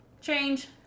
change